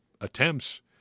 attempts